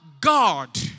God